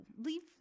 Leave